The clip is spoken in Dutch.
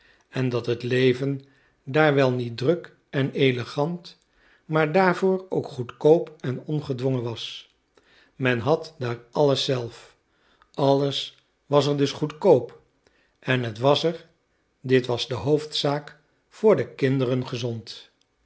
en dat het leven daar wel niet druk en elegant maar daarvoor ook goedkoop en ongedwongen was men had daar alles zelf alles was er dus goedkoop en het was er dit was de hoofdzaak voor de kinderen gezond